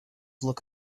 look